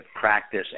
practice